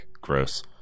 Gross